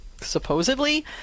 supposedly